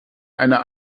einer